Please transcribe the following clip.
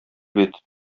бит